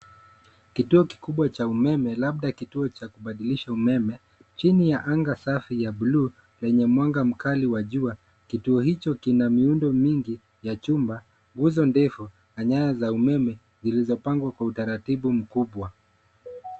Kituo kikubwa cha umeme, labda kituo cha kubadilisha umeme, chini ya anga safi ya bluu lenye mwanga mkali wa jua. Kituo hicho kina miundo mingi ya chumba, nguzo ndefu na nyaya za umeme zilizopangwa kwa utaratibu mkubwa.